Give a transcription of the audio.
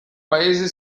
paese